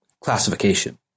classification